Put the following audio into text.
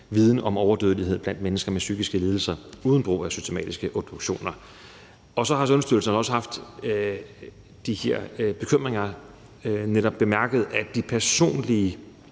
viden om overdødelighed blandt mennesker med psykiske lidelser uden brug af systematiske obduktioner. Og så har Sundhedsstyrelsen også haft de her bekymringer, hvor de netop har bemærket, at de personlige